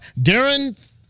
Darren